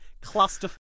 cluster